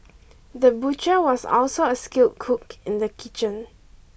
the butcher was also a skilled cook in the kitchen